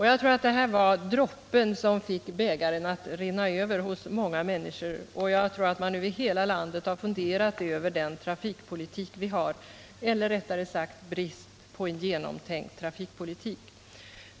Jag tror att det här var droppen som fick bägaren att rinna över för många människor, och jag tror att man i hela landet har funderat över den trafikpolitik vi har, eller rättare sagt över bristen på en genomtänkt trafikpolitik.